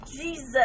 Jesus